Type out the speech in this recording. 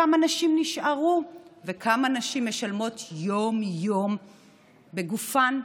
כמה נשים נשארו וכמה נשים משלמות יום-יום בגופן,